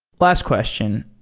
last question.